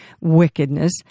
wickedness